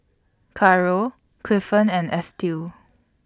Caro Clifton and Estill